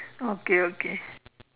okay okay